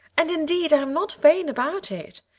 and indeed i'm not vain about it.